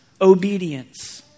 Obedience